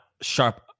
sharp